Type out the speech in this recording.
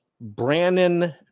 Brannon